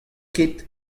ket